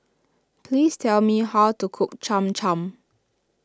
please tell me how to cook Cham Cham